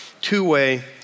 two-way